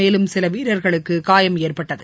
மேலும் சிலவீரர்களுக்கும் காயம் ஏற்பட்டது